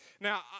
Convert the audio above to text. Now